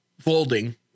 folding